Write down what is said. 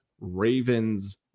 Ravens